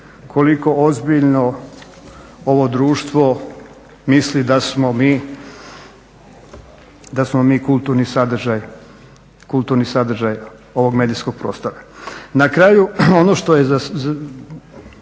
koliko ozbiljno ovo društvo misli da smo mi kulturni sadržaj ovog medijskog prostora. Na kraju, ono što su